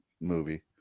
movie